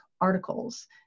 articles